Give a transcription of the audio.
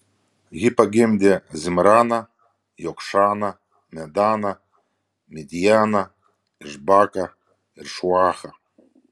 ji pagimdė zimraną jokšaną medaną midjaną išbaką ir šuachą